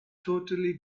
totally